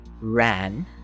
ran